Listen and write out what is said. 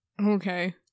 Okay